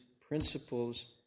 principles